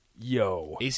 Yo